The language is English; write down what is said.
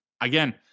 again